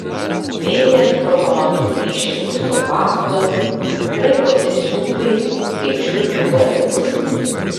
vėjas pro pamatų plyšį pusto pakulas draikosi siūlai kaip žiurkių uodegos